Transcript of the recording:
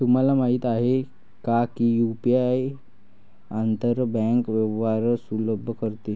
तुम्हाला माहित आहे का की यु.पी.आई आंतर बँक व्यवहार सुलभ करते?